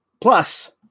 Plus